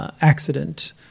accident